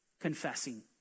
confessing